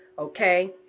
Okay